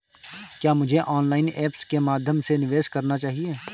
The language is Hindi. क्या मुझे ऑनलाइन ऐप्स के माध्यम से निवेश करना चाहिए?